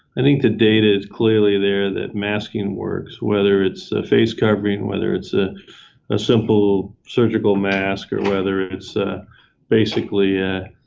i think the data is clearly there that masking works, whether it's a face covering, whether it's a a simple surgical mask, or whether it's basically a